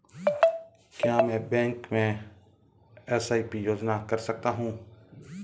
क्या मैं बैंक में एस.आई.पी योजना कर सकता हूँ?